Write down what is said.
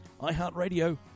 iHeartRadio